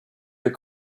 your